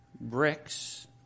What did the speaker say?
bricks